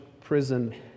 prison